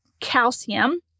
calcium